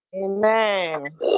Amen